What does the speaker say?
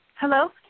Hello